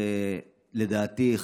לדעתי,